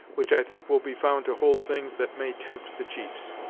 which i think will be found to hold things that may tempt the chiefs.